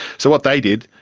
so what they did,